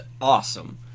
awesome